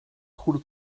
goede